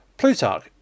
Plutarch